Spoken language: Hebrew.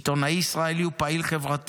ושמחה, הפאב שהיה מקום תוסס, מקום שמחבר,